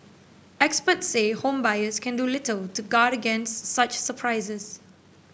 experts say home buyers can do little to guard against such surprises